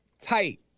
tight